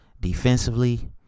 Defensively